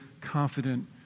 confident